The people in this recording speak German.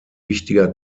wichtiger